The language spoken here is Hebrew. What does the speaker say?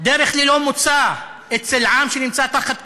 דרך ללא מוצא אצל עם שנמצא תחת כיבוש,